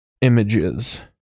Images